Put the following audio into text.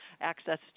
access